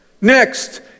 Next